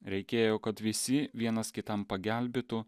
reikėjo kad visi vienas kitam pagelbėtų